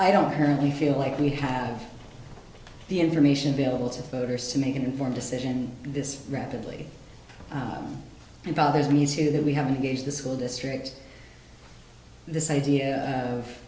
i don't currently feel like we have the information available to voters to make an informed decision this rapidly and bothers me too that we have a gauge the school district this idea of